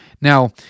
Now